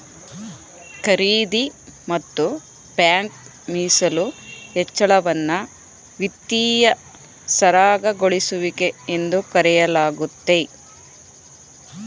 ಖರೀದಿ ಮತ್ತು ಬ್ಯಾಂಕ್ ಮೀಸಲು ಹೆಚ್ಚಳವನ್ನ ವಿತ್ತೀಯ ಸರಾಗಗೊಳಿಸುವಿಕೆ ಎಂದು ಕರೆಯಲಾಗುತ್ತೆ